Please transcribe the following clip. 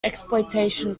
exploitation